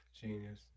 Genius